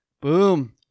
Boom